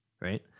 right